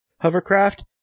hovercraft